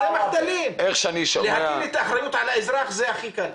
להטיל את האחריות על האזרח זה הכי קל.